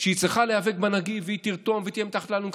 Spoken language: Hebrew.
שהיא צריכה להיאבק בנגיף והיא תרתום והיא תהיה מתחת לאלונקה?